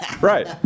Right